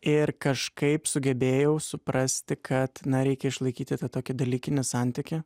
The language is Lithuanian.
ir kažkaip sugebėjau suprasti kad na reikia išlaikyti tą tokį dalykinį santykį